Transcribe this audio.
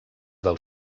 del